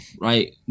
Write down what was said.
right